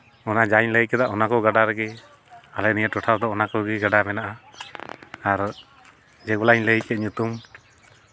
ᱚᱱᱟ ᱡᱟᱧ ᱞᱟᱹᱭ ᱠᱮᱫᱟ ᱚᱱᱟ ᱠᱚ ᱜᱟᱰᱟ ᱨᱮᱜᱮ ᱟᱞᱮ ᱱᱤᱭᱟᱹ ᱴᱚᱴᱷᱟ ᱨᱮᱫᱚ ᱚᱱᱟ ᱠᱚᱜᱮ ᱜᱟᱰᱟ ᱢᱮᱱᱟᱜᱼᱟ ᱟᱨ ᱡᱮ ᱜᱩᱞᱟᱧ ᱞᱟᱹᱭ ᱠᱮᱫ ᱧᱩᱛᱩᱢ